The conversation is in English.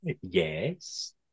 Yes